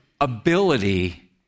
ability